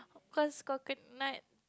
cause coconut